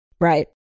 Right